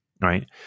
right